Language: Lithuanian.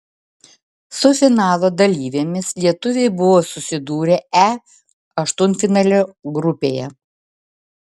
su finalo dalyvėmis lietuviai buvo susidūrę e aštuntfinalio grupėje